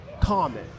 common